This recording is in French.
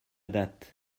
date